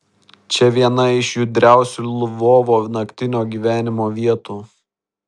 čia viena iš judriausių lvovo naktinio gyvenimo vietų